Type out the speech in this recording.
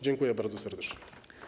Dziękuję bardzo serdecznie.